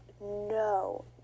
no